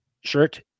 shirt